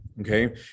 okay